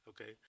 okay